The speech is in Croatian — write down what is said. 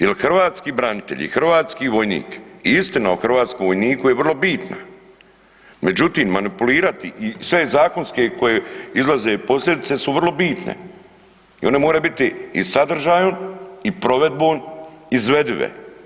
Jel hrvatski branitelj i hrvatski vojnik i istina o hrvatskom vojniku je vrlo bitna, međutim manipulirati i sve zakonske koje izlaze posljedice su vrlo bitne i one moraju biti i sadržajom i provedbom izvedive.